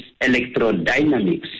electrodynamics